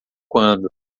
quando